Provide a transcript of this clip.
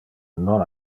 non